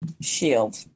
Shield